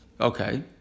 okay